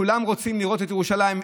כולם רוצים לראות את ירושלים,